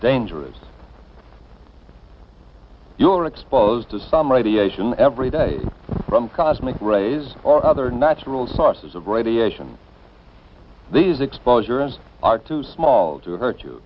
dangerous you are exposed to some radiation every day from cosmic rays or other natural sources of radiation these exposure and are too small to hurt you